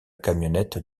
camionnette